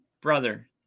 brother